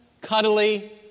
cuddly